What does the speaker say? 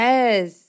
Yes